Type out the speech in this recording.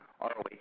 ROH